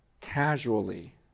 casually